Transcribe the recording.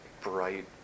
bright